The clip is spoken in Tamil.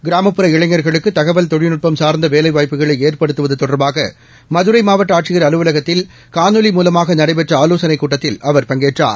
கிராமப்புற இளைஞர்களுக்கு தகவல் தொழில்நுட்பம் சார்ந்த வேலைவாய்ப்புகளை ஏற்படுத்துவது தொடர்பாக மதுரை மாவட்ட ஆட்சியர் அலுவலகத்தில் காணொலி மூலமாக நடைபெற்ற ஆலோசனைக் கூட்டத்தில் அவர் பங்கேற்றார்